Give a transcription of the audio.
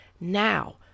Now